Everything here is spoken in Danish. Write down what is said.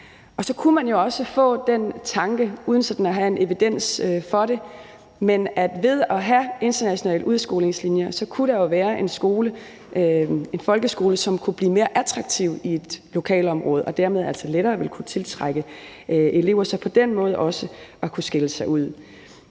Så kunne man jo også få den tanke – uden sådan at have evidens for det – at man ved at have internationale udskolingslinjer kunne få en folkeskole, som kunne blive mere attraktiv i et lokalområde og dermed altså lettere kunne tiltrække elever og på den måde også skille sig ud.